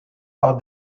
par